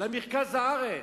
למרכז הארץ.